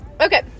Okay